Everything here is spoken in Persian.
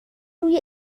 روی